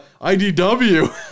IDW